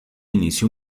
inició